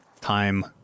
Time